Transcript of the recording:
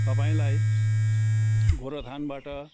तपाईँलाई गोरुबथानबाट